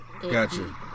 Gotcha